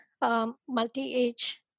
multi-age